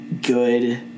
good